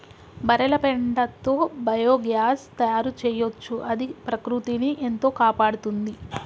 బర్రెల పెండతో బయోగ్యాస్ తయారు చేయొచ్చు అది ప్రకృతిని ఎంతో కాపాడుతుంది